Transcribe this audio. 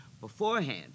beforehand